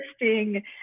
interesting